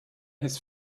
his